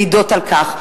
מעידות על כך.